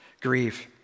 Grieve